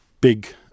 big